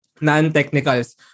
non-technicals